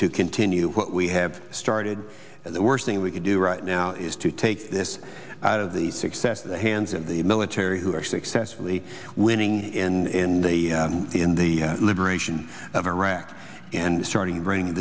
to continue what we have started the worst thing we could do right now is to take this out of the success of the hands of the military who are successfully winning in the in the liberation of iraq and starting bring